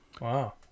Wow